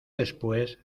después